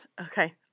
Okay